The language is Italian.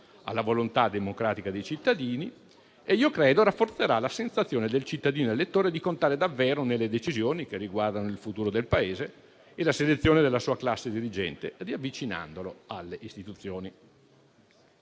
alla volontà democratica dei cittadini e io credo rafforzerà la sensazione del cittadino elettore di contare davvero nelle decisioni che riguardano il futuro del Paese e la selezione della sua classe dirigente, riavvicinandolo alle istituzioni.